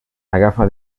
agafa